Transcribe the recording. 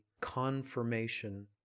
confirmation